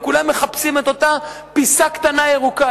וכולם מחפשים את אותה פיסה קטנה ירוקה.